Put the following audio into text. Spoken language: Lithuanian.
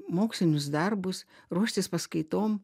mokslinius darbus ruoštis paskaitom